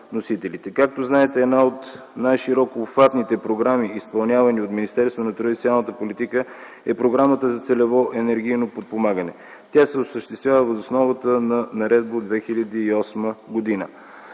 Както знаете, една от най-широко обхватните програми, изпълнявани от Министерството на труда и социалната политика, е програмата за целево енергийно подпомагане. Тя се осъществява въз основа на наредба от 2008 г.,